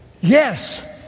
Yes